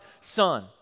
Son